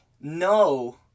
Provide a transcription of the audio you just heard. no